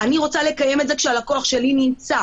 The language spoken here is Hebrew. אני רוצה לקיים את זה כשהלקוח שלי נמצא